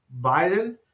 Biden